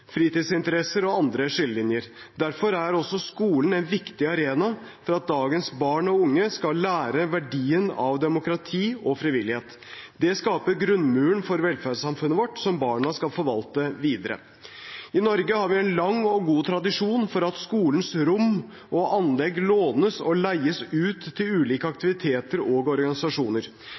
fritidsinteresser og andre skillelinjer. Derfor er også skolen en viktig arena for at dagens barn og unge skal lære verdien av demokrati og frivillighet. Det skaper grunnmuren for velferdssamfunnet vårt, som barna skal forvalte videre. I Norge har vi en lang og god tradisjon for at skolens rom og anlegg lånes og leies ut til ulike aktiviteter og organisasjoner.